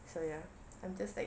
so ya I'm just like